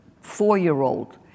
four-year-old